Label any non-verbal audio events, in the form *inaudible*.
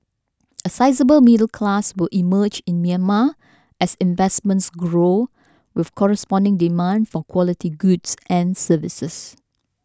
*noise* a sizeable middle class will emerge in Myanmar as investments grow with corresponding demand for quality goods and services